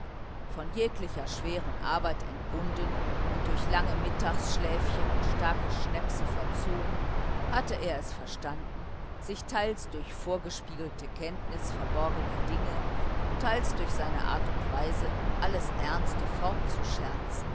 von jeglicher schweren arbeit entbunden und durch lange mittagsschläfchen und starke schnäpse verzogen hatte er es verstanden sich teils durch vorgespiegelte kenntnis verborgener dinge teils durch seine art und weise alles ernste fortzuscherzen